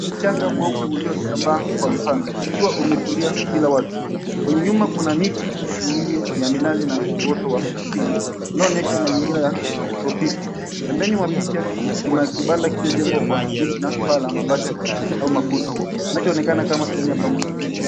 Mchanga mweupe uliosambaa kwa upana. Ukiwa umetulia bila watu. Kwenye nyuma kuna miti mingi ya minazi na uoto wa asili, inayoonyesha mazingira ya kitropiki. Pembeni mwa picha, kuna kibanda kilichojengwa kwa miti na paa la mabati au makuti, kinachoonekana kama sehemu pa pumziko.